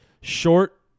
short